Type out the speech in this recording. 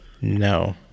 No